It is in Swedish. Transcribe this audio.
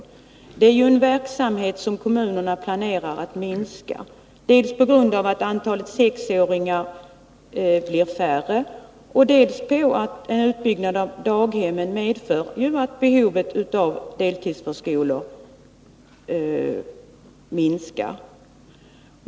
Deltidsförskolan är ju en verksamhet som kommunerna planerar att krympa, dels på grund av att sexåringarna blir färre, dels beroende på att daghemsbyggandet medför att behovet av deltidsförskolor minskar.